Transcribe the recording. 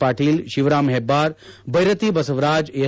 Patil Shivaram Hebbar Byrathi Basavaraj S